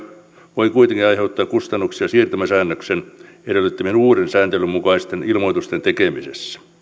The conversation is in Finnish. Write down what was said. voi kuitenkin aiheuttaa kustannuksia siirtymäsäännöksen edellyttämien uuden sääntelyn mukaisten ilmoitusten tekeminen